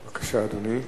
בבקשה, אדוני.